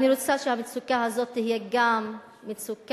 אני רוצה שהמצוקה הזאת תהיה גם מצוקה,